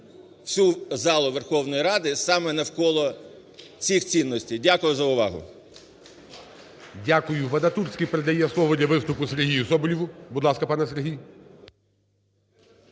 цю залу Верховної Ради саме навколо цих цінностей. Дякую за увагу. (Оплески) ГОЛОВУЮЧИЙ. Дякую. Вадатурський передає слово для виступу Сергію Соболєву. Будь ласка, пане Сергій.